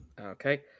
Okay